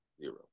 zero